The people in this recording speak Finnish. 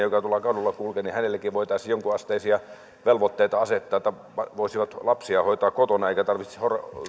joka tuolla kadulla kulkee voitaisiin jonkunasteisia velvoitteita asettaa että voisivat lapsia hoitaa kotona eikä tarvitse